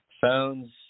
phones